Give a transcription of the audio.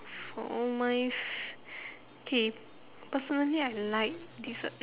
for my f~ okay personally I like dessert